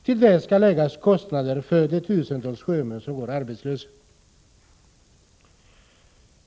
Till det skall läggas kostnader för de tusentals sjömän som går arbetslösa.